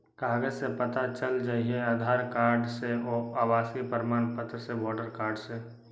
कागज से पता चल जाहई, आधार कार्ड से, आवासीय प्रमाण पत्र से, वोटर कार्ड से?